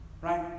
right